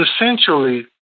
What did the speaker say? essentially